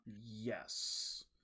Yes